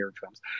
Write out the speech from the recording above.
films